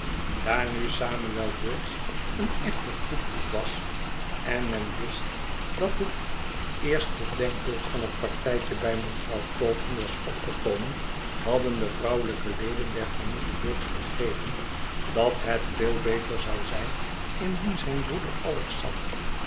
daar nu samuel briggs een echte goedbloed was en men wist dat het eerste denkbeeld van het partijtje bij mevrouw taunton was opgekomen hadden de vrouwelijke leden der familie briggs begrepen dat het veel beter zou zijn indien zijn broeder alexander